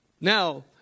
Now